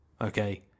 okay